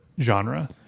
genre